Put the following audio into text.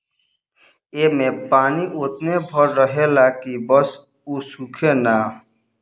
ऐमे पानी ओतने भर रहेला की बस उ सूखे ना